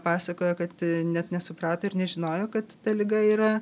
pasakojo kad net nesuprato ir nežinojo kad ta liga yra